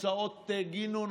הוצאות גינון,